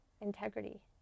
integrity